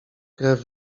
krew